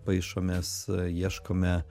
paišomės ieškome